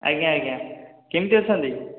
ଆଜ୍ଞା ଆଜ୍ଞା କେମିତି ଅଛନ୍ତି